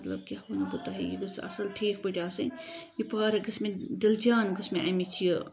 مطلب کیاہ ونہٕ بہٕ تۄہہِ یہِ گٔژھ اصل ٹھیٖک پٲٹھۍ آسٕنۍ یہِ پارک گٔژھ مےٚ دِل جانہٕ گَژھِ مےٚ اَمِچ یہِ